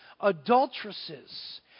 adulteresses